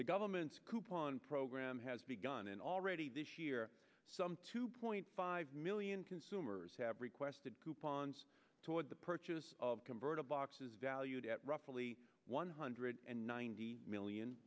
the government's coupon program has begun and already this year some two point five million consumers have requested coupons toward the purchase of converter boxes valued at roughly one hundred and ninety million